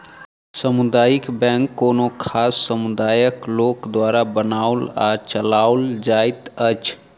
सामुदायिक बैंक कोनो खास समुदायक लोक द्वारा बनाओल आ चलाओल जाइत अछि